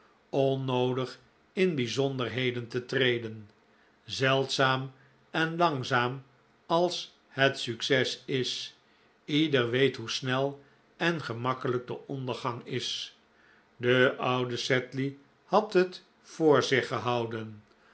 onnoodig in bijzonderheden te treden zeldzaam en langzaam als het succes is ieder weet hoe snel en gemakkelijk de ondergang is de oude sedley had het voor zich gehouden